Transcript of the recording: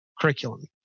curriculum